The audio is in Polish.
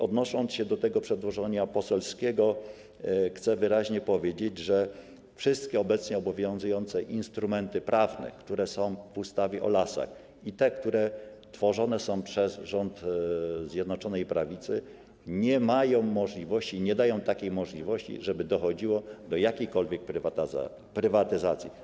Odnosząc się do tego przedłożenia poselskiego, chcę wyraźnie powiedzieć, że wszystkie obecnie obowiązujące instrumenty prawne, które są w ustawie o lasach, i te, które tworzone są przez rząd Zjednoczonej Prawicy, nie mają możliwości, nie dają takiej możliwości, żeby dochodziło do jakiejkolwiek prywatyzacji.